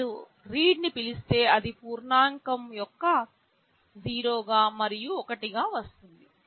మీరు రీడ్ని పిలిస్తే అది పూర్ణాంకం యొక్క 0 మరియు 1 గా వస్తుంది